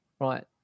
Right